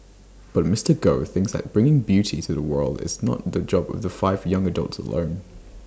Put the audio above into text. but Mister Goh thinks that bringing beauty to the world is not the job of the five young adults alone